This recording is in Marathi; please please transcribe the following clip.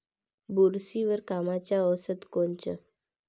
बुरशीवर कामाचं औषध कोनचं?